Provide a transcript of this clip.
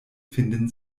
finden